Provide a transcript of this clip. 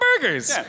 burgers